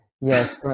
Yes